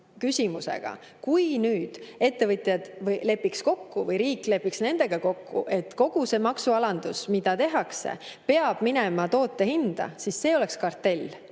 – ettevõtjad lepiks kokku või riik lepiks nendega kokku, et kogu see maksualandus, mida tehakse, peab minema toote hinda, siis see oleks kartell.